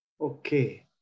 Okay